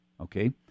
Okay